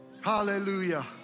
Hallelujah